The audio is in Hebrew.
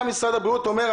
גם אם משרד הבריאות אומר,